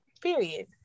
period